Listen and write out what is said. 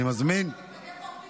הוא מתנגד מהותית,